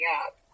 up